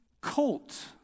colt